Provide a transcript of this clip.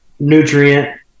nutrient